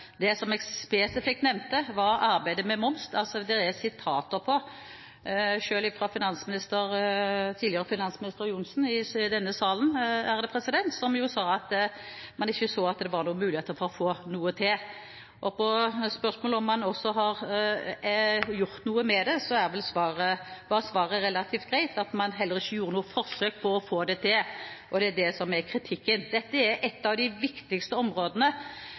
Det som jeg spesifikt nevnte, var arbeidet med moms. Selv tidligere finansminister Johnsen sa i denne salen at man ikke så at det var noen muligheter for å få til noe, og på spørsmål om man har gjort noe med det, var svaret relativt greit, at man heller ikke gjorde noe forsøk på å få det til. Det er det kritikken går på. Dette er et av de viktigste områdene.